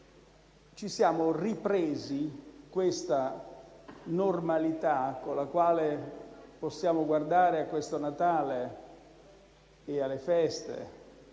ci siamo ripresi una normalità, con la quale possiamo guardare a questo Natale e alle feste